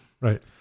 Right